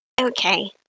okay